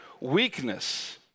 weakness